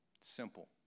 Simple